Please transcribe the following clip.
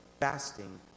fasting